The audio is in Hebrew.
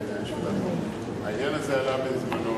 העניין הזה עלה בזמנו,